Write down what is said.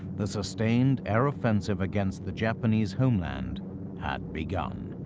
the sustained air offensive against the japanese homeland had begun.